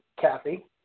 Kathy